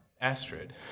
Astrid